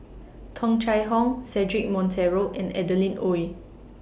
Tung Chye Hong Cedric Monteiro and Adeline Ooi